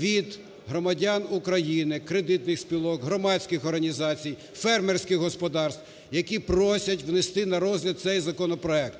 від громадян України, кредитних спілок, громадських організацій, фермерських господарств, які просять внести на розгляд цей законопроект.